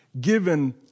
given